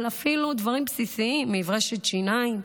אפילו לדברים בסיסיים: מברשת שיניים,